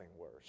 worse